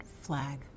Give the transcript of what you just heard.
flag